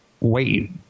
Wait